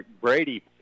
Brady